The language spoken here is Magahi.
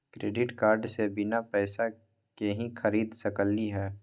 क्रेडिट कार्ड से बिना पैसे के ही खरीद सकली ह?